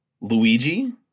Luigi